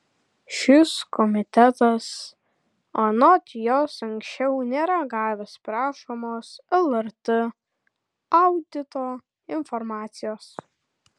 šis komitetas anot jos anksčiau nėra gavęs prašomos lrt audito informacijos